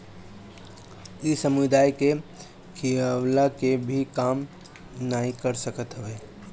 इ समुदाय के खियवला के भी काम नाइ कर सकत हवे